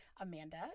Amanda